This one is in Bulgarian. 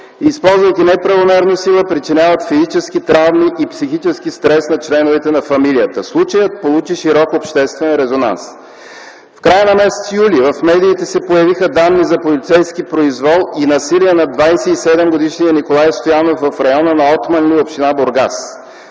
използвайки неправомерно сила, причиняват физически травми и психически стрес на членовете на фамилията. Случаят получи широк обществен резонанс. - В края на м. юли в медиите се появиха данни за полицейски произвол и насилие на 27-годишния Николай Стоянов в района на Отманли, община Бургас.